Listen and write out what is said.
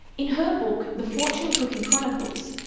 in her book, the fortune cookie chronicles,